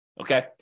okay